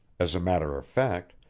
as a matter of fact,